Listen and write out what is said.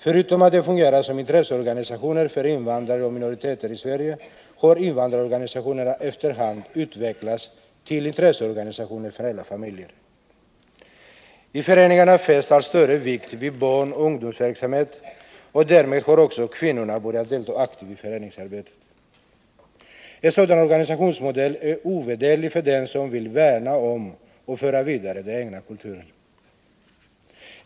Förutom att de fungerar som intresseorganisationer för invandrare och minoriteter i Sverige har invandrarorganisationerna efter hand utvecklats till intresseorganisationer för hela familjer. I föreningarna fästs allt större vikt vid barnoch ungdomsverksamhet, och därmed har även kvinnorna börjat delta aktivt i föreningsarbetet. En sådan organisationsmodell är ovärderlig för dem som vill värna om och föra vidare den egna kulturen.